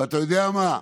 אתה יודע מה,